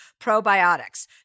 probiotics